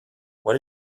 what